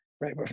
right